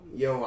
yo